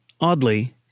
Oddly